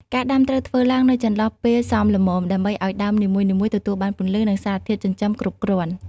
ការដាំត្រូវធ្វើឡើងនៅចន្លោះពេលសមល្មម ដើម្បីឱ្យដើមនីមួយៗទទួលបានពន្លឺ និងសារធាតុចិញ្ចឹមគ្រប់គ្រាន់។